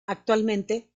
actualmente